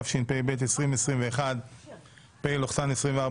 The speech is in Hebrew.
התשפ"ב-2021 (פ/2463/24),